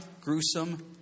gruesome